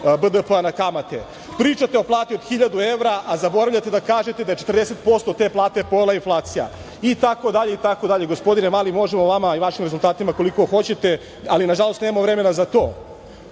BDP-a na kamate. Pričate o plati od 1.000 evra, a zaboravljate da kažete da je 40% te plate pojela inflacija, itd. Gospodine Mali, možemo o vama i vašim rezultatima koliko hoćete, ali nažalost nemamo vremena za